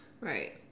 right